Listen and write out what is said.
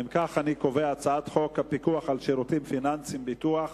אני קובע שהצעת חוק הפיקוח על שירותים פיננסיים (ביטוח)